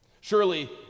Surely